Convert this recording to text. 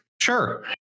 sure